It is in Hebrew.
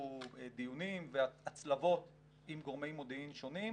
דיונים והצלבות עם גורמי מודיעין שונים,